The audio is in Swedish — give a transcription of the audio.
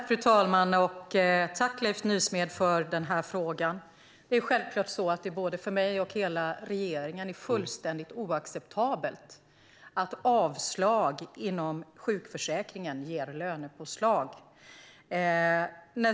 Fru talman! Jag tackar Leif Nysmed för frågan. För både mig och hela regeringen är det givetvis fullständigt oacceptabelt att avslag inom sjukförsäkringen ger lönepåslag.